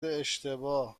اشتباه